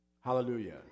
Hallelujah